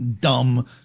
dumb